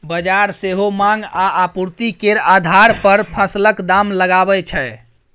बजार सेहो माँग आ आपुर्ति केर आधार पर फसलक दाम लगाबै छै